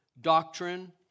doctrine